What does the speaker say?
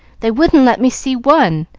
they wouldn't let me see one,